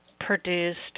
produced